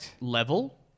level